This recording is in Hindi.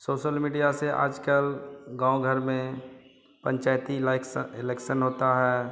सोसल मीडिया में आजकल गाँव घर में पंचायती ला लेक्सन इलेक्सन होता है